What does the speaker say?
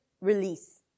release